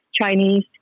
Chinese